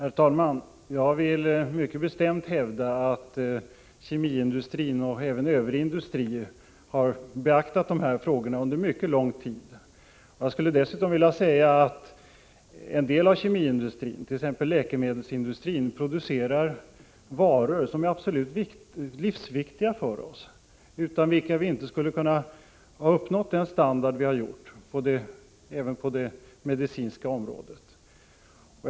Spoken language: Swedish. Herr talman! Jag vill mycket bestämt hävda att kemiindustrin och även Övrig industri har beaktat dessa miljöfrågor under mycket lång tid. Jag skulle dessutom vilja säga att en del av kemiindustrin, t.ex. läkemedelsindustrin, producerar varor som är absolut livsviktiga för oss och utan vilka vi inte skulle ha kunnat uppnå den standard vi har på det medicinska området.